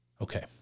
Okay